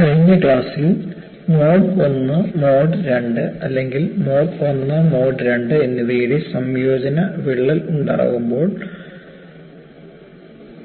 കഴിഞ്ഞ ക്ലാസ്സിൽ mode 1 mode 2 അല്ലെങ്കിൽ മോഡ് 1 മോഡ് 2 എന്നിവയുടെ സംയോജന വിള്ളൽ ഉണ്ടാകുമ്പോൾ